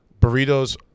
Burritos